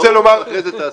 חקלאות ואחרי זה תעשייה.